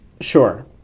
sure